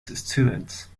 students